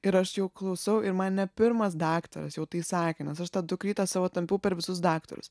ir aš jau klausau ir man ne pirmas daktaras jau tai sakė nes aš tą dukrytę savo tampiau per visus daktarus